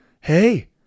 Hey